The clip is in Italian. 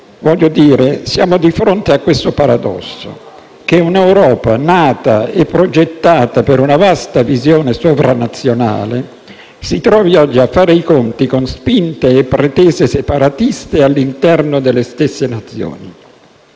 Insomma, siamo di fronte a questo paradosso: che un'Europa, nata e progettata per una vasta visione sovranazionale, si trovi oggi a fare i conti con spinte e pretese separatiste all'interno delle stesse Nazioni,